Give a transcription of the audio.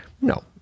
no